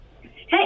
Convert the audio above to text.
Hey